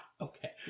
Okay